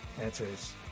answers